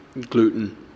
gluten